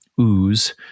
ooze